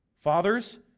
Fathers